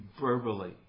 verbally